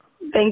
Thank